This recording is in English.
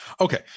Okay